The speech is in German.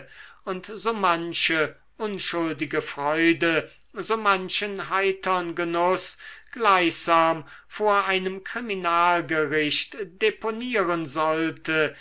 und so manche unschuldige freude so manchen heitern genuß gleichsam vor einem kriminalgericht deponieren sollte